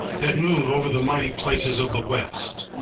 that move over the mighty places of the west,